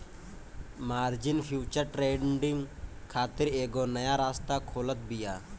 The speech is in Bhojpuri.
मार्जिन फ्यूचर ट्रेडिंग खातिर एगो नया रास्ता खोलत बिया